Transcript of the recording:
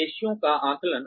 उद्देश्यों का आकलन